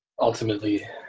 Ultimately